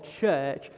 church